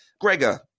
Gregor